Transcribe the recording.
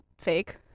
fake